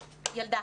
ילדה,